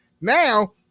now